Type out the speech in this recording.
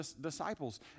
disciples